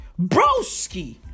Broski